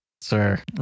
sir